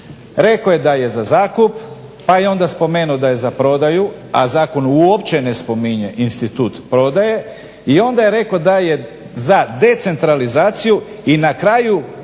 Rekao je da je za zakup pa je onda spomenuo da je za prodaju, a zakon uopće ne spominje institut prodaje i onda je rekao da je za decentralizaciju i na kraju